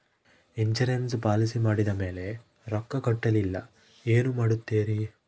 Insurance policy ಮಾಡಿದ ಮೇಲೆ ರೊಕ್ಕ ಕಟ್ಟಲಿಲ್ಲ ಏನು ಮಾಡುತ್ತೇರಿ?